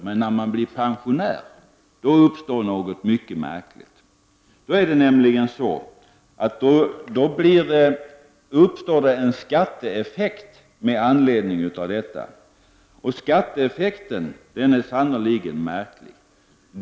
Men när de blir pensionärer uppstår något mycket märkligt. Då uppstår en skatteeffekt med anledning av detta. Skatteeffekten är sannerligen märklig.